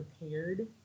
prepared